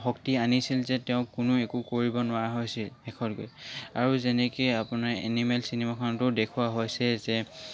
শক্তি আনিছিল যে তেওঁক কোনো একো কৰিব নোৱাৰা হৈছিল শেষত গৈ আৰু যেনেকৈ আপোনাৰ এনিমেল চিনেমাখনতো দেখুৱা হৈছে যে